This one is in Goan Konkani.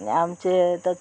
आमचे त